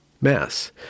mass